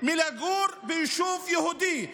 לגור ביישוב יהודי.